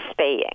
spaying